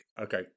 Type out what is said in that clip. Okay